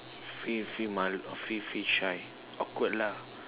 feel feel mal~ feel feel shy awkward lah